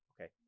okay